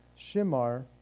Shimar